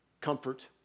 comfort